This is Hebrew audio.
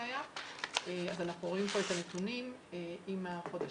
אז אנחנו רואים את הנתונים עם החודשים,